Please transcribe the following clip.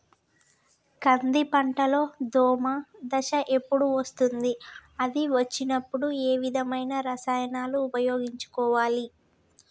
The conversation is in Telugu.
కంది పంటలో దోమ దశ ఎప్పుడు వస్తుంది అది వచ్చినప్పుడు ఏ విధమైన రసాయనాలు ఉపయోగించాలి?